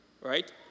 right